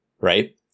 Right